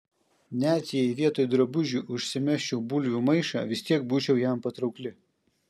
net jei vietoj drabužių užsimesčiau bulvių maišą vis tiek būčiau jam patraukli